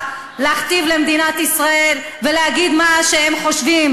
להכתיב למדינת ישראל ולהגיד מה הם חושבים.